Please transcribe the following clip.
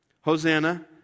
Hosanna